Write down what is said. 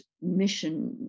mission